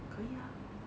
可以啊